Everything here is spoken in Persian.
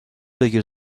بگیر